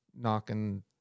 knocking